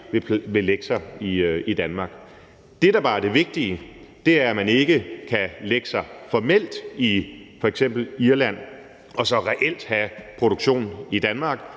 – lægge sig i Danmark. Det, der bare er det vigtige, er, at man ikke kan lægge sig formelt i f.eks. Irland og så reelt have produktion i Danmark,